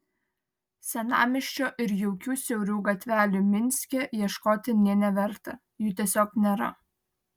senamiesčio ir jaukių siaurų gatvelių minske ieškoti nė neverta jų tiesiog nėra